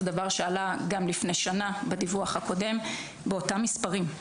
זה דבר שעלה גם לפני שנה בדיווח הקודם באותם מספרים,